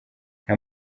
nta